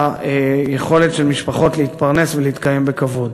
ביכולת של משפחות להתפרנס ולהתקיים בכבוד.